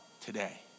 today